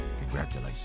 congratulations